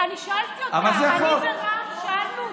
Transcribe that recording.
אני ורם שאלנו אותה.